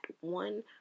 one